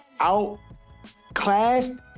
outclassed